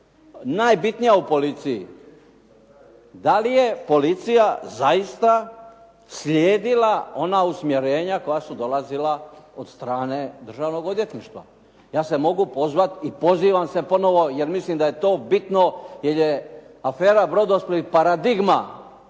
najbitnija u policiji. Dali je policija zaista slijedila ona usmjerenja koja su dolazila od strane Državnog odvjetništva? Ja se mogu pozvati i pozivam se ponovo, jer mislim da je to bitno, jer je afera "Brodosplit" paradigma